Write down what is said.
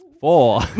Four